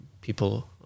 people